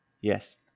yes